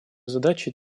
задачи